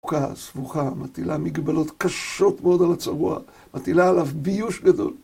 סבוכה, סבוכה, מטילה מגבלות קשות מאוד על הצבוע, מטילה עליו ביוש גדול.